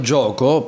gioco